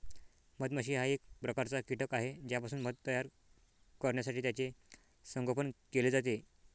मधमाशी हा एक प्रकारचा कीटक आहे ज्यापासून मध तयार करण्यासाठी त्याचे संगोपन केले जाते